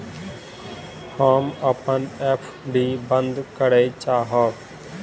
हम अपन एफ.डी बंद करय चाहब